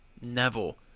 Neville